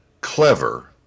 clever